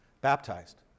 baptized